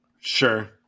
Sure